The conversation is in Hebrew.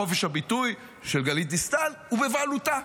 חופש הביטוי של גלית דיסטל הוא בבעלותה,